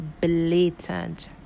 blatant